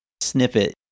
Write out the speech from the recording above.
snippet